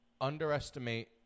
underestimate